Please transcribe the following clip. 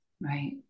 right